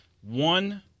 One